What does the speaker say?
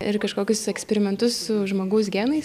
ir kažkokius eksperimentus su žmogaus genais